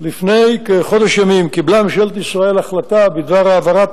לפני כחודש ימים קיבלה ממשלת ישראל החלטה בדבר העברת